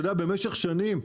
במשך שנים,